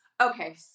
Okay